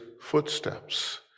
footsteps